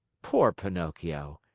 poor pinocchio!